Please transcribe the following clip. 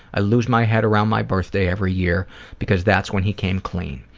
i lose my head around my birthday every year because that's when he came clean.